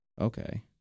Okay